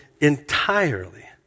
entirely